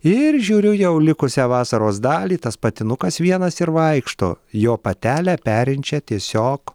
ir žiūriu jau likusią vasaros dalį tas patinukas vienas ir vaikšto jo patelę perinčią tiesiog